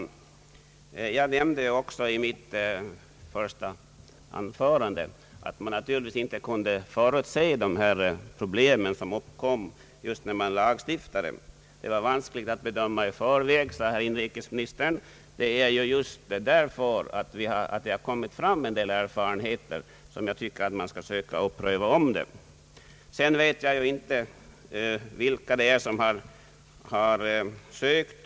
Herr talman! Det var vanskligt att bedöma dessa saker i förväg, sade inrikesministern. Ja, jag nämnde också i mitt första anförande att man naturligtvis inte i samband med lagstiftningen kunde förutse vilka problem som skulle uppkomma. Men just därför att det har kommit fram en del erfarenheter tycker jag att man borde ta hithörande frågor under omprövning.